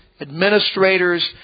administrators